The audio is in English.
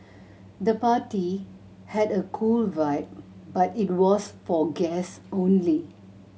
the party had a cool vibe but it was for guests only